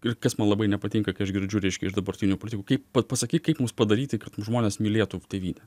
ir kas man labai nepatinka kai aš girdžiu reiškia iš dabartinių politikų kaip pasakyk kaip mums padaryti kad žmonės mylėtų tėvynę